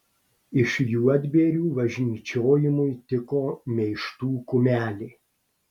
iš juodbėrių važnyčiojimui tiko meištų kumelė